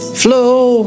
flow